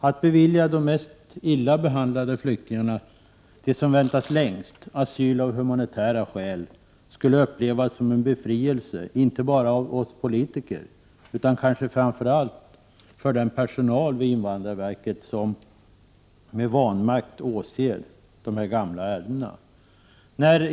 Att bevilja de sämst behandlade flyktingarna, de som väntat längst, asyl av humanitära skäl skulle upplevas som en befrielse, inte bara av oss politiker utan kanske framför allt av den personal vid invandrarverket som med vanmakt åser dessa gamla ärenden.